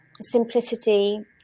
simplicity